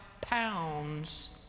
pounds